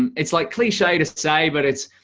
and it's like cliche to say, but it's,